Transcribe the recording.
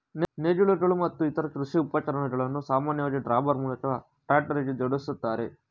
ನೇಗಿಲುಗಳು ಮತ್ತು ಇತರ ಕೃಷಿ ಉಪಕರಣಗಳನ್ನು ಸಾಮಾನ್ಯವಾಗಿ ಡ್ರಾಬಾರ್ ಮೂಲಕ ಟ್ರಾಕ್ಟರ್ಗೆ ಜೋಡಿಸ್ತಾರೆ